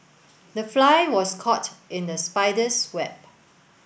the fly was caught in the spider's web